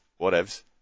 Whatevs